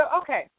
okay